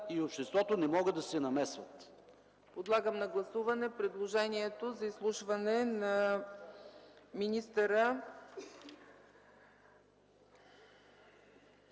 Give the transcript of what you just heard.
и обществото не могат да се намесват.